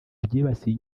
byibasiye